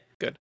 Good